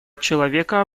человека